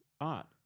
art